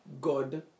God